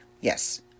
Yes